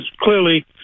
clearly